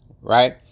Right